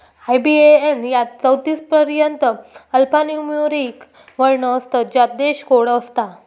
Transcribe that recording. IBAN यात चौतीस पर्यंत अल्फान्यूमोरिक वर्ण असतत ज्यात देश कोड असता